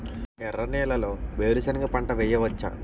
ఎర్ర నేలలో వేరుసెనగ పంట వెయ్యవచ్చా?